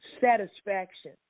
satisfaction